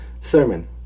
sermon